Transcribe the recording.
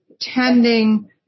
tending